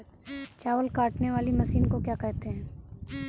चावल काटने वाली मशीन को क्या कहते हैं?